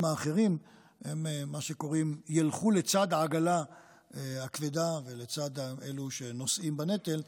האחרים מה שנקרא ילכו לצד העגלה הכבדה ולצד אלו שנושאים בנטל.